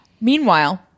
meanwhile